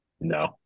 No